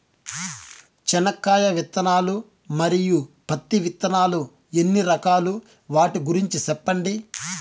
చెనక్కాయ విత్తనాలు, మరియు పత్తి విత్తనాలు ఎన్ని రకాలు వాటి గురించి సెప్పండి?